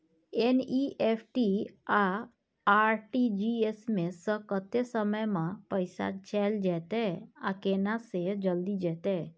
NEFT आ RTGS स कत्ते समय म पैसा चैल जेतै आ केना से जल्दी जेतै?